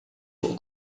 fuq